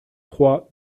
trois